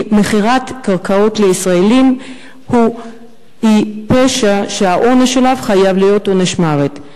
כי מכירת קרקעות לישראלים היא פשע שהעונש שלה חייב להיות עונש מוות.